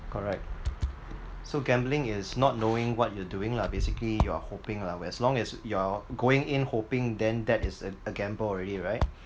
correct so gambling is not knowing what you're doing lah basically you're hoping lah as long as you're going in hoping then that is a gamble already right